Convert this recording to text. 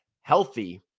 healthy